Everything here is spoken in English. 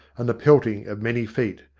and the pelting of many feet.